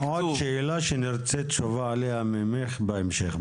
--- עוד שאלה שנרצה תשובה עליה ממך בהמשך,